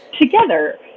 together